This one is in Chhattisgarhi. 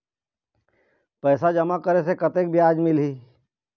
पैसा जमा करे से कतेक ब्याज मिलही?